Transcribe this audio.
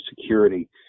security